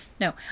No